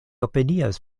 opinias